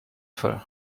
fall